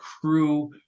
crew